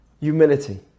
humility